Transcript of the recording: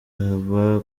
haba